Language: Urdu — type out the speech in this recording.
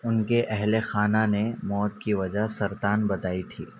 ان کے اہل خانہ نے موت کی وجہ سرطان بتائی تھی